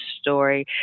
story